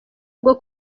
bwo